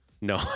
No